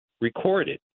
recorded